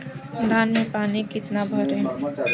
धान में पानी कितना भरें?